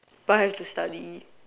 but I have to study